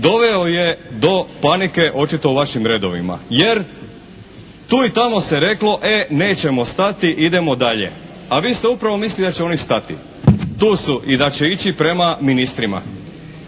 doveo je do panike očito u vašim redovima, jer tu i tamo se reklo e, nećemo stati idemo dalje. A vi ste upravo mislili da će oni stati, tu su i da će ići prema ministrima,